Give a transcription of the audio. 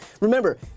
Remember